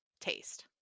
taste